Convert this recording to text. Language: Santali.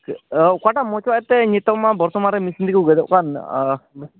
ᱚᱠᱟᱴᱟᱜ ᱢᱚᱪᱚᱜᱼᱟ ᱮᱱᱛᱮ ᱱᱤᱛᱚᱝ ᱢᱟ ᱵᱚᱨᱛᱚᱢᱟᱱ ᱨᱮ ᱢᱮᱥᱤᱱ ᱛᱮᱠᱚ ᱜᱮᱫᱚᱜ ᱠᱟᱱ